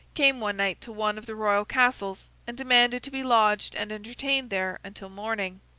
came one night to one of the royal castles, and demanded to be lodged and entertained there until morning.